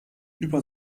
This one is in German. über